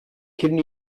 kenne